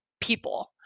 people